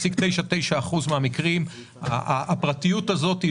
ב-99.99% מן המקרים הפרטיות הזאת היא